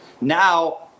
Now